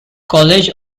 college